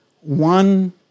one